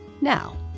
Now